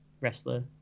wrestler